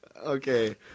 Okay